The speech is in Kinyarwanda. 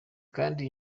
kandi